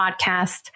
podcast